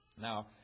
Now